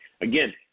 again